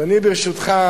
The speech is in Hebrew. אז אני, ברשותך,